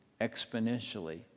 exponentially